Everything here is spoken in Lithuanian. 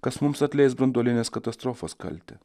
kas mums atleis branduolinės katastrofos kaltę